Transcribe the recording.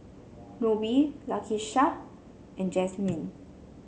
Nobie Lakesha and Jazmyn